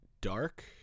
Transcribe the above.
dark